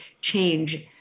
change